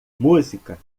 música